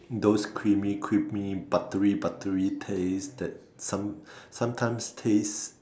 those creamy creamy buttery buttery taste that some sometimes taste